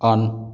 on